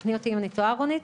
תקני אותי אם אני טועה, רונית.